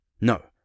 No